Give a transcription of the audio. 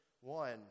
one